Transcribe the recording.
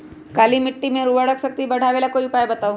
काली मिट्टी में उर्वरक शक्ति बढ़ावे ला कोई उपाय बताउ?